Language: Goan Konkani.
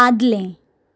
आदलें